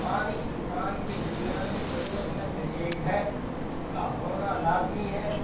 پانی انسان کی بنیادی ضرورت میں سے ایک ہے اس کا ہونا لازمی ہے